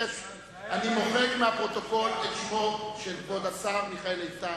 אני מוחק מהפרוטוקול את שמו של כבוד השר מיכאל איתן.